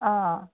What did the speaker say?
অঁ